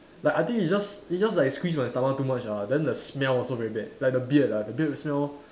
like I think it's just it just like squeeze my stomach too much ah then the smell also very bad like the beard ah the beard smell